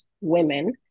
women